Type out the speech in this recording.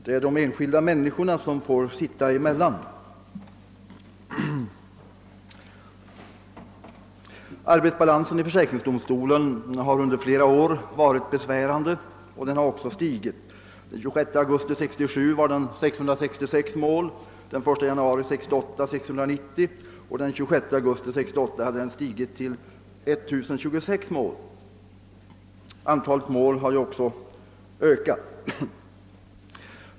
Det är de enskilda människorna som får sitta emellan. Arbetsbalansen i försäkringsdomstolen har under flera år varit besvärande, och den har också stigit. Den 26 augusti 1967 var den 666 mål, den 1 januari 1968 690 mål och den 26 augusti 1968 hade den stigit till 1026 mål. Totala antalet mål i domstolen har också ökat.